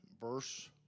verse